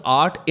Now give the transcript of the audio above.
art